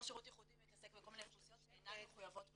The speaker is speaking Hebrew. כדי להתעסק ולטפל באוכלוסיות שאינן מחויבות בגיוס.